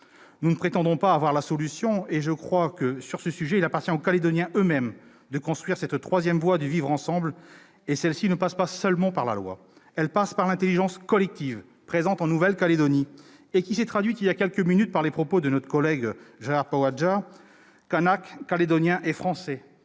Nous ne prétendons pas avoir la solution, et je crois que, sur ce sujet, il appartient aux Calédoniens eux-mêmes de construire cette troisième voie du vivre ensemble. Or celle-ci ne passe pas seulement par la loi ; elle passe par l'intelligence collective, qui irrigue la Nouvelle-Calédonie, et qui s'est traduite voilà quelques minutes dans les propos de notre collègue Gérard Poadja, Kanak, Calédonien et Français.